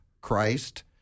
Christ—